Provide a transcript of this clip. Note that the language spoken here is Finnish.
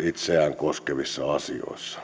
itseään koskevissa asioissa